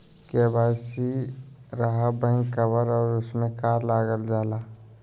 KYC रहा back cover और उसमें का का लागल जाला?